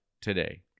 today